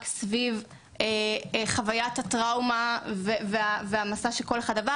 סביב חווית הטראומה והמסע שכל אחד עבר.